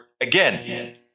again